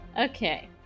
Okay